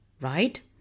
right